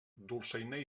dolçainer